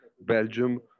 Belgium